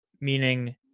meaning